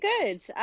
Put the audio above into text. good